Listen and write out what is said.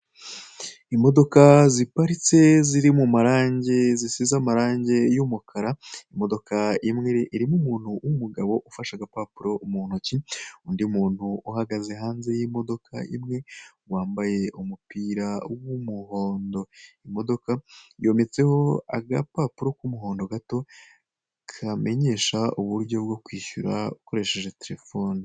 Imodoka ziparitse ziri mumarangi zisize amarangi y'umukara imodoka imwe irimo umuntu w'umugabo ufashe agapapuro mu intoki undi muntu uhagaze hanze y'imodoka imwe wambaye umupira w'umuhondo, imodoka yometseho agapapuro k'umuhondo gato kamenyesha uburyo bwo kwishura ukoresheje terefone.